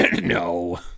No